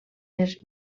els